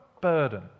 burden